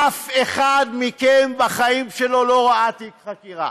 אף אחד מכם בחיים שלו לא ראה תיק חקירה,